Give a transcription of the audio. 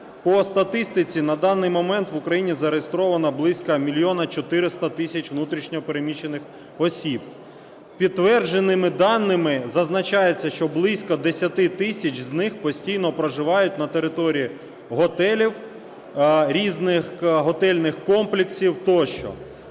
по статистиці на даний момент в Україні зареєстровано близько мільйона чотириста тисяч внутрішньо переміщених осіб. Підтвердженими даними зазначається, що близько десяти тисяч з них постійно проживають на території готелів, різних готельних комплексів тощо.